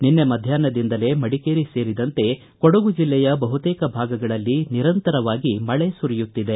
ನಿನ್ನೆ ಮಧ್ಯಾಪ್ನದಿಂದಲೇ ಮಡಿಕೇರಿ ಸೇರಿದಂತೆ ಕೊಡಗು ಜಿಲ್ಲೆಯ ಬಹುತೇಕ ಭಾಗಗಳಲ್ಲಿ ನಿರಂತರವಾಗಿ ಮಳೆ ಸುರಿಯುತ್ತಿದೆ